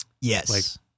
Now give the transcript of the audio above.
Yes